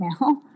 now